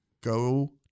Go